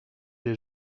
des